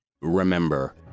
remember